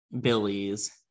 Billy's